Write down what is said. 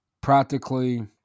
practically